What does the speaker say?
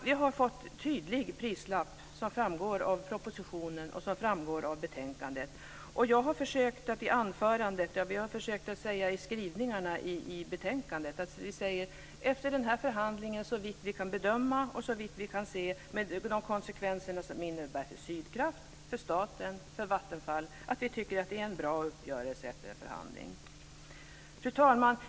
Vi har fått en tydlig prislapp som framgår av propositionen och av betänkandet. Jag har i anförandet sagt och utskottet har i skrivningarna i betänkandet uttalat att man - såvitt man kan bedöma och såvitt man kan se med de konsekvenser som det innebär för Sydkraft, för staten och för Vattenfall - tycker att det är en bra uppgörelse. Fru talman!